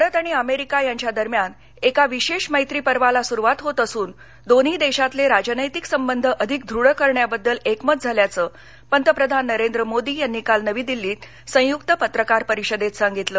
भारत आणि अमेरिका यांच्या दरम्यान एका विशेष मैत्री पर्वालासुरवात होत असून दोन्ही देशातले राजनैतिक संबंध अधिक दृढ करण्याबद्दल एकमतझाल्याचं पंतप्रधान नरेंद्र मोदी यांनी काल नवी दिल्लीत संयुक्त पत्रकार परिषदेतसांगितलं